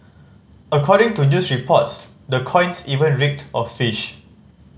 according to news reports the coins even reeked of fish